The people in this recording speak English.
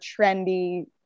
trendy